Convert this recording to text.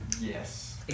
Yes